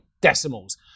decimals